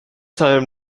time